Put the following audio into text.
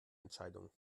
entscheidung